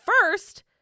first